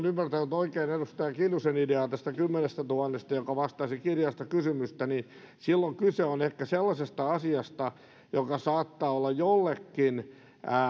oikein edustaja kiljusen idea tästä kymmenestätuhannesta joka vastaisi kirjallista kysymystä on se että silloin kyse on ehkä sellaisesta asiasta joka saattaa olla jollekin